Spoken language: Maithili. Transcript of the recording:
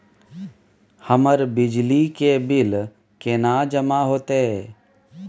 हमर बिजली के बिल केना जमा होते?